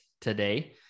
today